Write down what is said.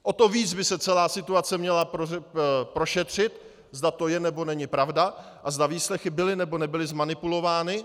O to víc by se celá situace měla prošetřit, zda to je, nebo není pravda a zda výslechy byly, nebo nebyly zmanipulovány.